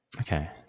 Okay